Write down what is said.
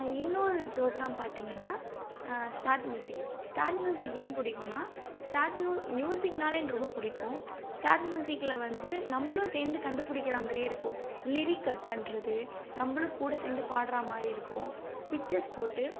இன்னொரு ப்ரோக்ராம் பார்த்தீங்கனா start music start music ஏன் பிடிக்குனா ஸ்டார்ட் மியூசிக்னாலே எனக்கு ரொம்ப பிடிக்கும் ஸ்டார்ட் மியூசிக்கில் வந்து நம்மளும் சேர்ந்து கண்டுபிடிக்கிறா மாதிரி இருக்கும் லிரிக் கட் பண்ணுறது நம்மளும் கூட சேர்ந்து பாட்டுறா மாதிரி இருக்கும் பிக்ச்சர்ஸ் போட்டு